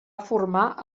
formar